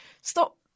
Stop